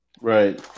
Right